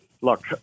Look